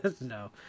No